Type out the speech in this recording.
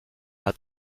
hat